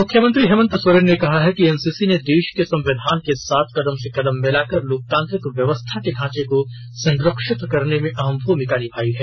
मुख्यमंत्री हेमंत सोरेन ने कहा कि एनसीसी ने देश के संविधान के साथ कदम से कदम मिलाकर लोकतांत्रिक व्यवस्था के ढांचे को संरक्षित रखने में अहम भूमिका निभाया है